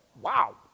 wow